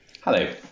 Hello